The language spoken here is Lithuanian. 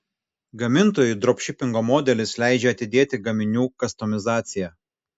gamintojui dropšipingo modelis leidžia atidėti gaminių kastomizaciją